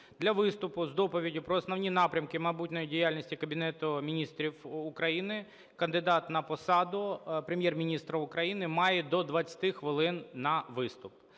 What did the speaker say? Для виступу з доповіддю про основні напрямки майбутньої діяльності Кабінету Міністрів України кандидат на посаду Прем'єр-міністра України має до 20 хвилин на виступ.